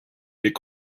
est